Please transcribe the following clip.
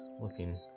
looking